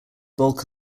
bulk